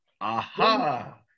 aha